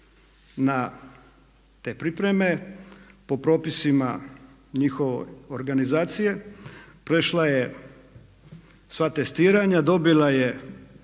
na te pripreme, po propisima njihove organizacije, prešla je sva testiranja, dobila je